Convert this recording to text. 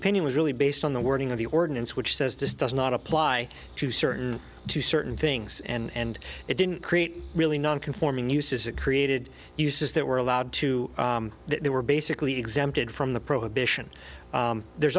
opinion was really based on the wording of the ordinance which says this does not apply to certain to certain things and it didn't create really nonconforming uses it created uses that were allowed to that they were basically exempted from the prohibition there's